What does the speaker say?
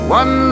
one